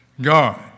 God